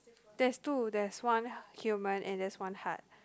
there's two there is one human and there's one hard